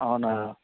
అవునా